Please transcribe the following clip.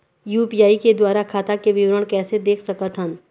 UPI के द्वारा खाता के विवरण कैसे देख सकत हन?